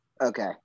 okay